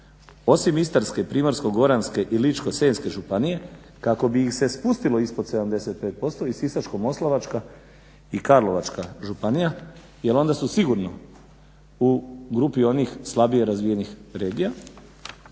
osim Istarske, Primorsko-goranske i Ličko-senjske županije kako bi ih se spustilo ispod 75% i Sisačko-moslavačka i Karlovačka županije jer onda su sigurno u grupi onih slabije razvijenih regija.